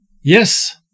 Yes